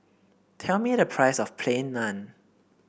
tell me the price of Plain Naan